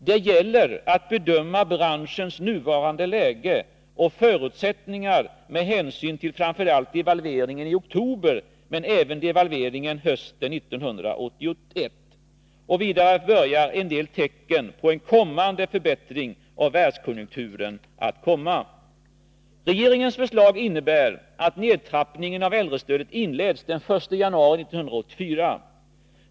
Det gäller att bedöma branschens nuvarande läge och förutsättningar med hänsyn till framför allt devalveringen i oktober, men även devalveringen hösten 1981. Vidare börjar en del tecken på en kommande förbättring av världskonjunkturen att synas. Regeringens förslag innebär att nedtrappningen av äldrestödet inleds den 1 januari 1984.